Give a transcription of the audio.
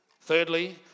Thirdly